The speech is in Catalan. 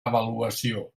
avaluació